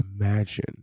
imagine